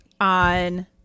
on